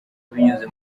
binyuze